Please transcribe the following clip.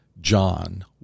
John